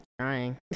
Trying